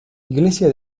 iglesia